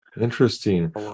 interesting